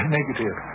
negative